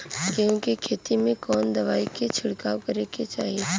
गेहूँ के खेत मे कवने दवाई क छिड़काव करे के चाही?